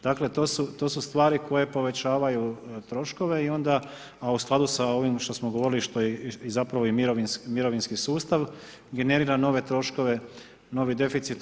Dakle, to su stvari koje povećavaju troškove i onda a u skladu sa ovim što smo govorili što je i zapravo mirovinski sustav generira nove troškove, novi deficit.